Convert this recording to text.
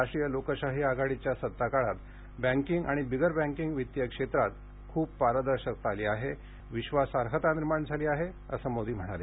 राष्ट्रीय लोकशाही आघाडीच्या सत्ताकाळात बँकिंग आणि बिगर बँकिंग वित्तीयक्षेत्रात खूप पारदर्शकता आली आहे विश्वासार्हता निर्माण झाली आहे असं मोदी म्हणाले